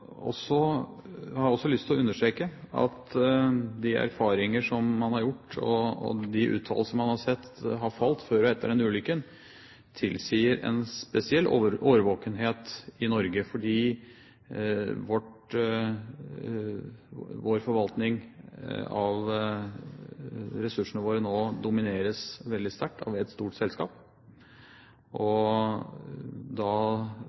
har også lyst til å understreke at de erfaringer man har gjort, og de uttalelser man har hørt falle før og etter denne ulykken, tilsier en spesiell årvåkenhet i Norge, fordi forvaltningen av ressursene våre nå domineres veldig sterkt av ett stort selskap. Da